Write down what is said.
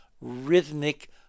rhythmic